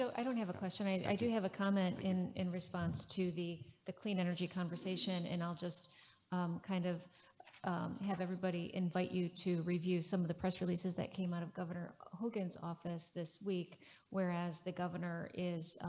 so i don't have a question. i do have a comment in in response to the the clean energy conversation. and i'll just kind of have everybody invite you to review some of the press releases that came out of governor hogan's office this week whereas the governor is.